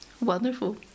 Wonderful